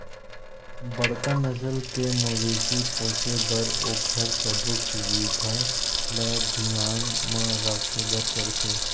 बड़का नसल के मवेशी पोसे बर ओखर सबो सुबिधा ल धियान म राखे बर परथे